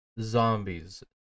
Zombies